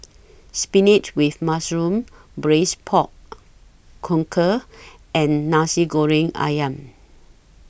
Spinach with Mushroom Braised Pork conquer and Nasi Goreng Ayam